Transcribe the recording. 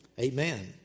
amen